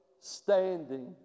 standing